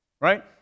Right